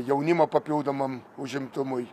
jaunimo papildomam užimtumui